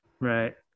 right